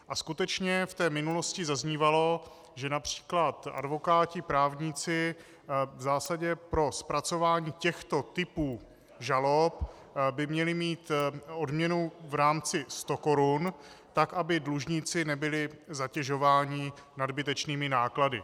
A skutečně v té minulosti zaznívalo, že například advokáti, právníci v zásadě pro zpracování těchto typů žalob by měli mít odměnu v rámci stokorun, tak aby dlužníci nebyli zatěžováni nadbytečnými náklady.